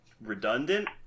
redundant